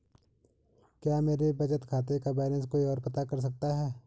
क्या मेरे बचत खाते का बैलेंस कोई ओर पता कर सकता है?